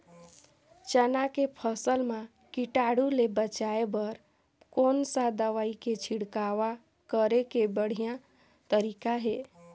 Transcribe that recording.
चाना के फसल मा कीटाणु ले बचाय बर कोन सा दवाई के छिड़काव करे के बढ़िया तरीका हे?